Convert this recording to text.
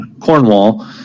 Cornwall